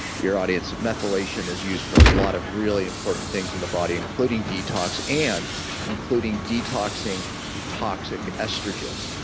your audience, methylation is used for a lot of really important things in the body, including detox, and including detoxing toxic estrogens.